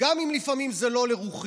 גם אם לפעמים זה לא לרוחי,